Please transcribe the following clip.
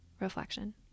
reflection